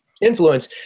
influence